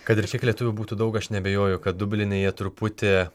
kad ir kiek lietuvių būtų daug aš neabejoju kad dubline jie truputį